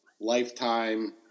Lifetime